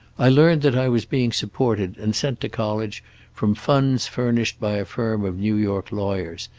i learned that i was being supported and sent to college from funds furnished by a firm of new york lawyers,